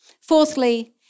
Fourthly